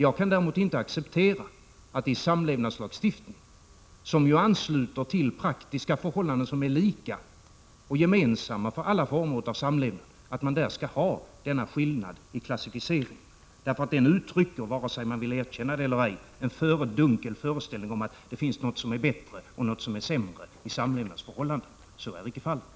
Jag kan däremot inte acceptera att en samlevnadslagstiftning som ansluter till praktiska förhållanden som är lika och gemensamma för alla former av samlevnad skall ha en skillnad i klassificeringen. Den uttrycker, vare sig man vill erkänna det eller ej, en dunkel föreställning om att det finns något som är bättre och något som är sämre i samlevnadsförhållanden. Så är inte fallet.